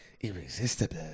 Irresistible